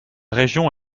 région